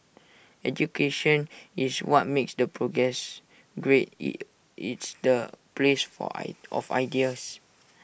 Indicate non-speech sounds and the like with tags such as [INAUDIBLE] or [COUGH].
education is what makes the progress great [UNINTELLIGIBLE] it's the place for I of [NOISE] ideas